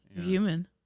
human